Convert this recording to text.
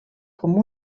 com